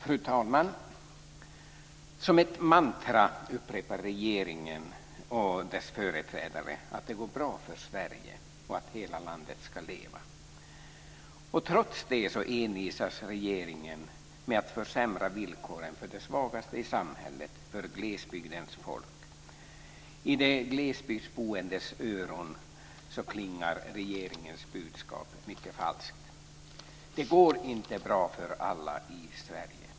Fru talman! Som ett mantra upprepar regeringen och dess företrädare att det går bra för Sverige och att hela landet ska leva. Trots det envisas regeringen med att försämra villkoren för de svagaste i samhället, för glesbygdens folk. I de glesbygdsboendes öron klingar regeringens budskap mycket falskt. Det går inte bra för alla i Sverige.